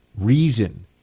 reason